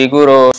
Guru